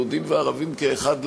יהודים וערבים כאחד,